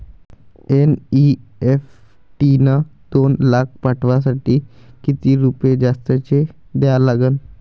NEFT न दोन लाख पाठवासाठी किती रुपये जास्तचे द्या लागन?